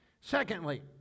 Secondly